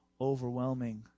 overwhelming